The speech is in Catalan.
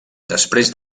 després